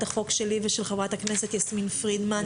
החוק שלי ושל חברת הכנסת יסמין פרידמן.